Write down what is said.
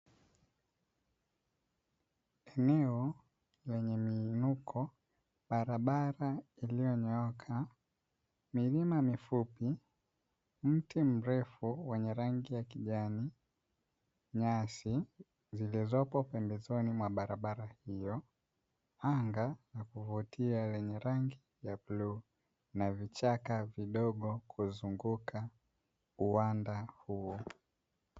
Eneo lenye miinuko, barabara iliyonyooka, milima mifupi, mti mrefu wenye rangi ya kijani, nyasi zilizopo pembezoni mwa barabara hiyo, anga la kuvutia lenye rangi ya bluu, na vichaka vidogo kuzunguka uwanda huo.